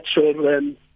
children